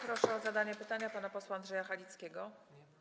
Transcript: Proszę o zadanie pytania pana posła Andrzeja Halickiego.